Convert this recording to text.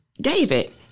David